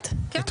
שגית ראתה?